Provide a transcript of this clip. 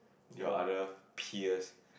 your other peers